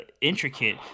intricate